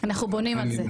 אנחנו בונים על זה.